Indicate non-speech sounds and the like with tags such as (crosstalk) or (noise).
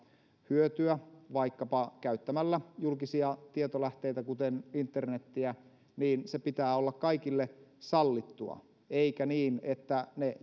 hyötyä vaikkapa käyttämällä julkisia tietolähteitä kuten internetiä niin sen pitää olla kaikille sallittua eikä niin että ne (unintelligible)